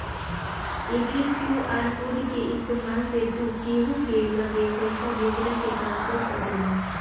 एकरी QR code के इस्तेमाल से तू केहू के लगे पईसा भेजला के काम कर सकेला